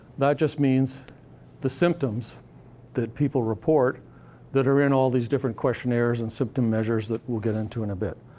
that just means the symptoms that people report that are in all these different questionnaires and symptom measures that we'll get into in a bit.